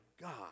God